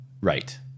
Right